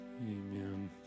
amen